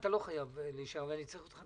הזה זה מאוד מאוזן לשני הצדדים גם מצד אחד,